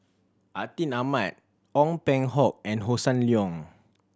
Atin Amat Ong Peng Hock and Hossan Leong